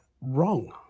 wrong